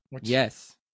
Yes